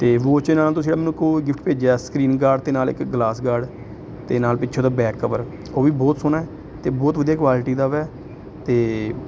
ਅਤੇ ਵੋਚ ਦੇ ਨਾਲ ਤੁਸੀਂ ਜਿਹੜਾ ਮੈਨੂੰ ਕੋਈ ਗਿਫਟ ਭੇਜਿਆ ਸਕ੍ਰੀਨ ਗਾਰਡ ਅਤੇ ਨਾਲ ਇੱਕ ਗਲਾਸ ਗਾਰਡ ਅਤੇ ਨਾਲ ਪਿੱਛੋਂ ਦਾ ਬੈਕ ਕਵਰ ਉਹ ਵੀ ਬਹੁਤ ਸੋਹਣਾ ਅਤੇ ਬਹੁਤ ਵਧੀਆ ਕੁਆਲਿਟੀ ਦਾ ਵੈ ਅਤੇ